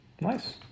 Nice